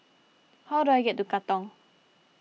how do I get to Katong